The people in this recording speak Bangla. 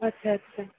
আচ্ছা আচ্ছা